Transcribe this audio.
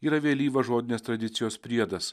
yra vėlyvas žodinės tradicijos priedas